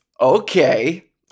okay